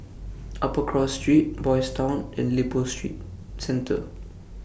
Upper Cross Street Boys' Town and Lippo Street Centre